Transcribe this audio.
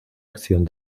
acción